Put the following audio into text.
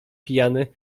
pijany